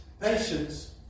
patience